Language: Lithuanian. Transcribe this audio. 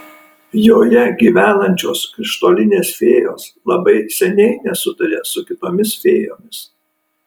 joje gyvenančios krištolinės fėjos labai seniai nesutaria su kitomis fėjomis